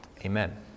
Amen